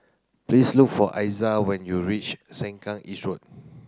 please look for Iza when you reach Sengkang East Road